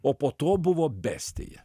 o po to buvo bestija